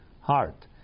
heart